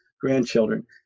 grandchildren